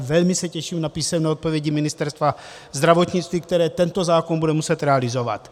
Velmi se těším na písemné odpovědi Ministerstva zdravotnictví, které tento zákon bude muset realizovat.